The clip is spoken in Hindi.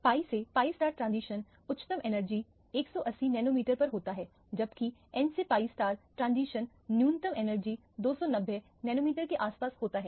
pi से pi ट्रांजिशन उच्चतम एनर्जी 180 नैनोमीटर पर होता है जबकि n से pi ट्रांजिशन न्यूनतम एनर्जी 290 नैनोमीटर के आस पास होता है